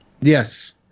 Yes